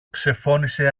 ξεφώνισε